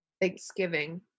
Thanksgiving